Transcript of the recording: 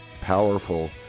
powerful